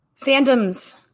Fandoms